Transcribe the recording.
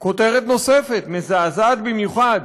כותרת נוספת, מזעזעת במיוחד,